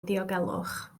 diogelwch